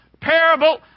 parable